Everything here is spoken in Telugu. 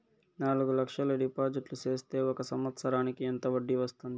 నాలుగు లక్షల డిపాజిట్లు సేస్తే ఒక సంవత్సరానికి ఎంత వడ్డీ వస్తుంది?